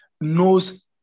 knows